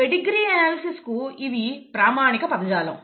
pedigree analysis కు ఇవి ప్రామాణిక పదజాలం